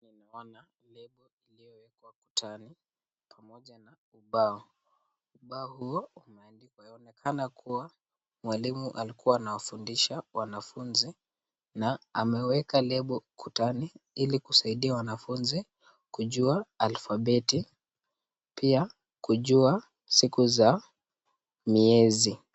Naona lebo iliyowekwa kutani pamoja na ubao. Ubao huo umwandikwa waonekana kuwa mwalimu alikuwa anawafundisha wanafunzi na ameweka lebo kutani ili kusaidia wanafunzi kujua alfabeti. Pia kujua siku za miezi.